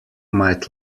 might